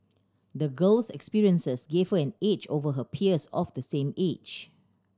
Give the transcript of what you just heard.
the girl's experiences gave her an edge over her peers of the same age